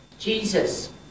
Jesus